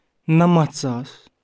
نَمَتھ ساس